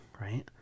Right